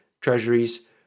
Treasuries